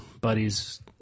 buddies